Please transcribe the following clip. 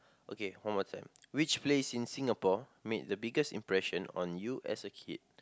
okay one more time which place in Singapore made the biggest impression on you as a kid